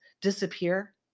disappear